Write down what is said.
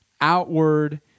outward